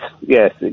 yes